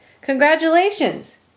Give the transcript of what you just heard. Congratulations